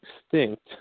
extinct